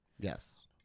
Yes